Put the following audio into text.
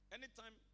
Anytime